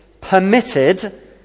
permitted